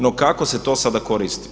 No, kako se to sada koristi?